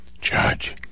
Judge